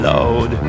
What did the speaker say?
Lord